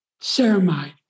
ceramide